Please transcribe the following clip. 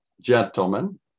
gentlemen